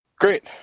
Great